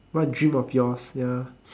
what dream of yours ya